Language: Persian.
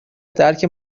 درک